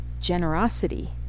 generosity